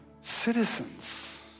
citizens